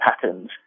patterns